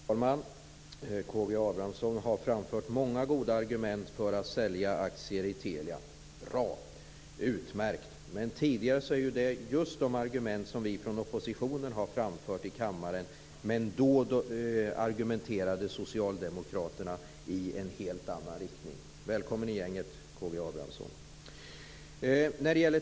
Fru talman! K G Abramsson har framfört många goda argument för att sälja aktier i Telia. Det är utmärkt. Det är just de argument som vi i oppositionen har framfört i kammaren tidigare, men då argumenterade Socialdemokraterna i en helt annan riktning. Välkommen i gänget, K G Abramsson!